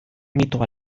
mito